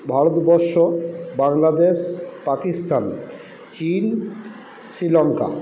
Bharatvarsha Bangladesh Pakistan Chin Sri Lanka